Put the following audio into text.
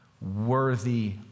Worthy